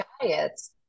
diets